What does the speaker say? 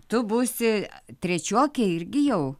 tu būsi trečiokė irgi jau